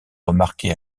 remarquée